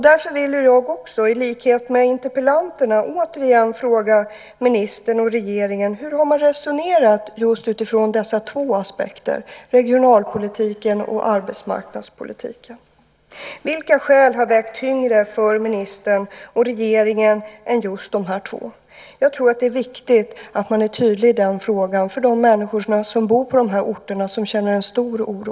Därför vill jag också, i likhet med interpellanterna, återigen fråga ministern och regeringen: Hur har man resonerat just utifrån dessa två aspekter, regionalpolitiken och arbetsmarknadspolitiken? Vilka skäl har vägt tyngre för ministern och regeringen än just dessa två? Jag tror att det är viktigt att man är tydlig i den frågan med tanke på de människor som bor på dessa orter och som känner en stor oro.